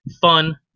fun